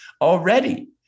already